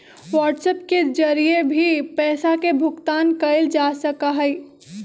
WhatsApp के जरिए भी पैसा के भुगतान कइल जा सका हई